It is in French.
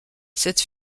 cette